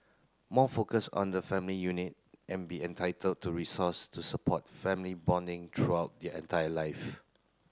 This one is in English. more focus on the family unit and be entitled to resource to support family bonding throughout their entire life